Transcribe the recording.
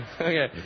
Okay